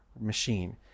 machine